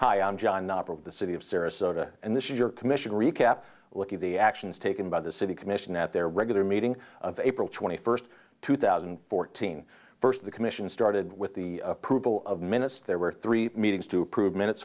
hi i'm john knopper of the city of sarasota and this is your commission recap look at the actions taken by the city commission at their regular meeting of april twenty first two thousand and fourteen first the commission started with the approval of minutes there were three meetings to approve minutes